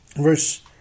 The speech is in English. Verse